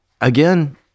again